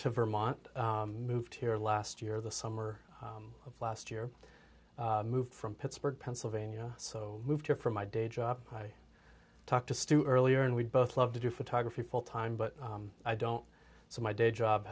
to vermont moved here last year the summer of last year moved from pittsburgh pennsylvania so moved here from my day job i talked to stu earlier and we both love to do photography full time but i don't so my day job